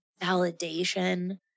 validation